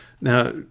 Now